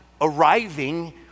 arriving